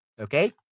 Okay